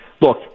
look